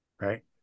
right